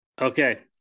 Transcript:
okay